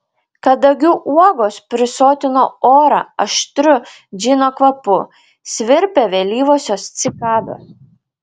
kadagių uogos prisotino orą aštriu džino kvapu svirpė vėlyvosios cikados